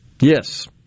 Yes